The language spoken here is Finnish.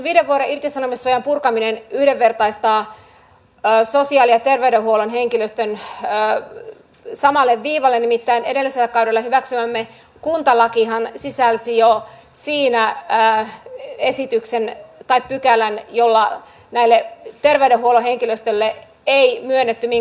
tämä viiden vuoden irtisanomissuojan purkaminen yhdenvertaistaa sosiaali ja terveydenhuollon henkilöstön samalle viivalle nimittäin edellisellä kaudella hyväksymämme kuntalakihan sisälsi jo siinä pykälän jolla terveydenhuollon henkilöstölle ei myönnetty minkäänlaista irtisanomissuojaa